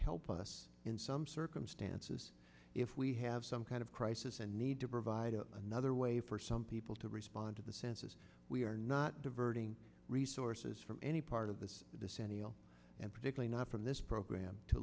help us in some circumstances if we have some kind of crisis and need to provide a another way for some people to respond to the census we are not herding resources from any part of this descent and particularly not from this program to